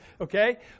Okay